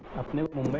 of nickel but